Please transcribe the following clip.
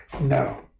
No